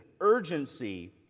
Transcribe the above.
urgency